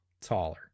taller